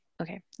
Okay